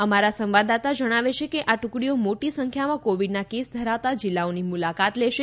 અમારા સંવાદદાતા જણાવે છે કે આ ટુકડીઓ મોટી સંખ્યામાં કોવિડનાં કેસ ધરાવતા જિલ્લાઓની મુલાકાત લેશે